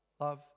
love